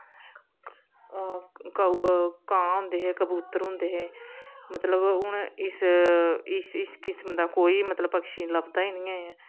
काऊ कां होंदे हे कबूतर होंदे हे मतलब हून इस इस इस किसम दा कोई मतलब पक्षी लभदा ई नेईं ऐ